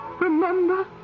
Remember